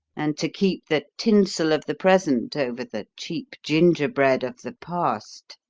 and to keep the tinsel of the present over the cheap gingerbread of the past.